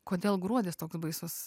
kodėl gruodis toks baisus